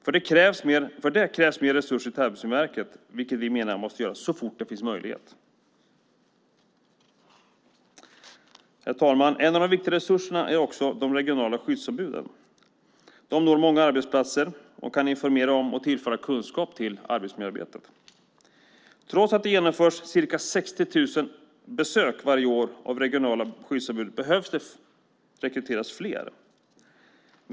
För det krävs större resurser till Arbetsmiljöverket, vilka vi menar måste ges så fort det finns möjlighet. Herr talman! En av de viktigaste resurserna är de regionala skyddsombuden. De når många arbetsplatser och kan informera om och tillföra kunskap till arbetsmiljöarbetet. Trots att det genomförs ca 60 000 besök varje år av regionala skyddsombud behöver det rekryteras fler.